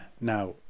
Now